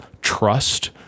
trust